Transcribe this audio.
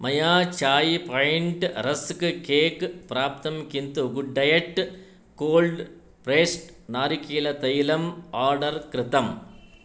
मया Chai Point rusk cake प्राप्तं किन्तु गुड्डैयेत् कोल्ड् प्रेस्ड् नारिकेलतैलम् आर्डर् कृतम्